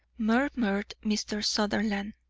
murmured mr. sutherland.